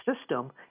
system